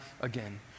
again